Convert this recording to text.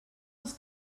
els